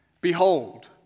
Behold